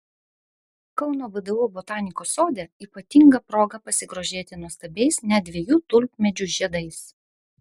kauno vdu botanikos sode ypatinga proga pasigrožėti nuostabiais net dviejų tulpmedžių žiedais